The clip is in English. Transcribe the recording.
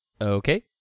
Okay